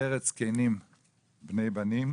"עטרת זקנים בני בנים